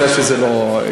את יודעת שזה לא,